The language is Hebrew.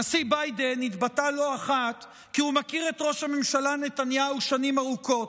הנשיא ביידן אמר לא אחת כי הוא מכיר את ראש הממשלה נתניהו שנים ארוכות,